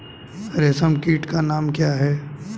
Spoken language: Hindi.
रेशम कीट का नाम क्या है?